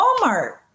Walmart